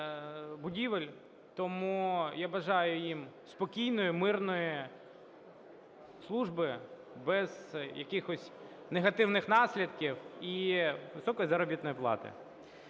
Тому я бажаю їм спокійної, мирної служби, без якихось негативних наслідків, і високої заробітної плати.